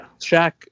Shaq